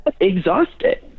exhausted